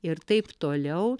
ir taip toliau